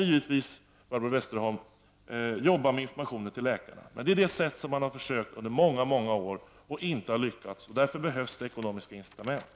Givetvis måste man arbeta med informationen till läkarna, Barbro Westerholm. Men det har man försökt med under många år, och man har inte lyckats. Därför behövs det ekonomiska incitament.